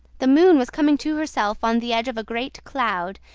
the moon was coming to herself on the edge of a great cloud,